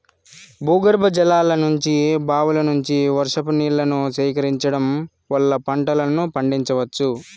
భూగర్భజలాల నుంచి, బావుల నుంచి, వర్షం నీళ్ళను సేకరించడం వల్ల పంటలను పండించవచ్చు